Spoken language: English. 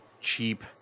cheap